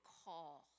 call